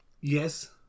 Yes